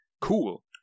cool